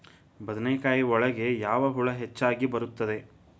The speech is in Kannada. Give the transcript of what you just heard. ಬದನೆಕಾಯಿ ಒಳಗೆ ಯಾವ ಹುಳ ಹೆಚ್ಚಾಗಿ ಬರುತ್ತದೆ?